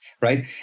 right